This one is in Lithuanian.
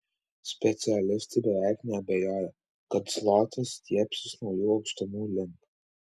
specialistai beveik neabejoja kad zlotas stiebsis naujų aukštumų link